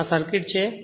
આ સર્કિટ છે